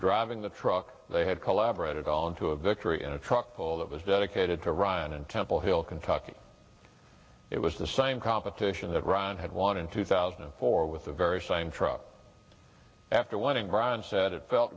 driving the truck they had collaborated on to a victory in a truck call that was dedicated to ryan in temple hill kentucky it was the same competition that ryan had won in two thousand and four with the very same truck after winning brian said it felt